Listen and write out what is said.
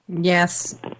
Yes